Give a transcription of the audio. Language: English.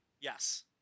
Yes